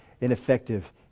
ineffective